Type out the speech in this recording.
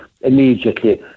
immediately